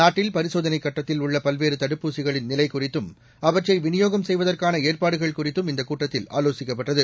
நாட்டில் பரிசோதனைக் கட்டத்தில் உள்ள பல்வேறு தடுப்பூசிகளின் நிலை குறித்தும் அவற்றை விநியோகம் செய்வதற்கான ஏற்பாடுகள் குறித்தும் இந்தக் கூட்டத்தில் ஆலோசிக்கப்பட்டது